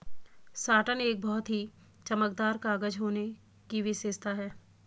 satin एक बहुत ही चमकदार कागज होने की विशेषता है